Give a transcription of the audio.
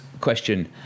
question